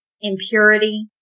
impurity